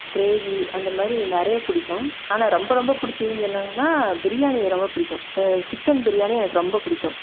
gravy அந்தமாதிரி நிறைய பிடிக்கும் ஆனால் ரொம்ப ரொம்ப பிடிச்சதுன்னு சொன்னிங்கன்னா பிரியாணி ரொம்ப பிடிக்கும் சிக்கன் பிரியாணி எனக்கு ரொம்ப பிடிக்கும்